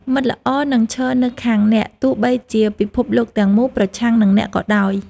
មិត្តល្អនឹងឈរនៅខាងអ្នក ទោះបីជាពិភពលោកទាំងមូលប្រឆាំងនឹងអ្នកក៏ដោយ។